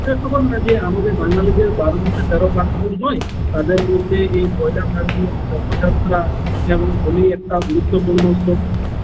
হ্যাঁ তো বলনা যে আমাদের বাঙালিদের বারো মাসে তেরো পার্বণ হয় তাদের মধ্যে এই পয়লা ফাল্গুন রথযাত্রা যেমন হোলি একটা গুরুত্তপূর্ণ উৎসব